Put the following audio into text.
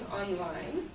online